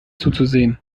zuzusehen